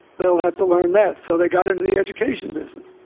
they'll have to learn that so they got into the education business